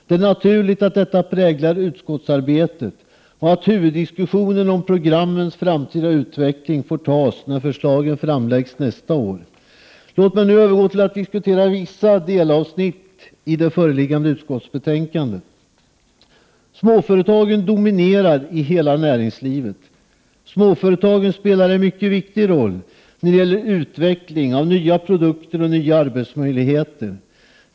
Det är naturligt att detta präglat utskottsarbetet och att huvuddiskussionen om programmens framtida utveckling får tas när förslagen framläggs nästa år. Låt mig nu övergå till att diskutera vissa delavsnitt i det föreliggande utskottsbetänkandet. Småföretagen dominerar i hela näringslivet. Småföretagen spelar en mycket viktig roll när det gäller utveckling av nya produkter och nya arbetsmöjligheter.